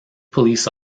police